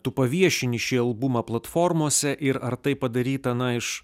tu paviešini šį albumą platformose ir ar tai padaryta na iš